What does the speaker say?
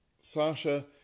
Sasha